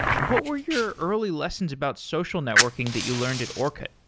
what were your early lessons about social networking that you learned at orkut?